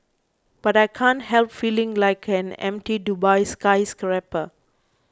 but I can't help feeling like an empty Dubai skyscraper